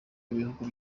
ibihugu